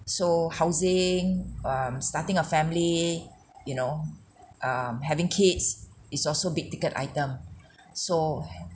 so housing um starting a family you know um having kids is also big ticket item so